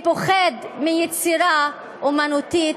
מי פוחד מיצירה אמנותית?